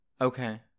Okay